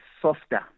softer